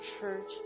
church